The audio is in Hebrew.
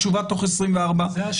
תשובה תוך 24 שעות.